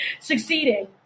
succeeding